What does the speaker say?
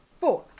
Four